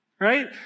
right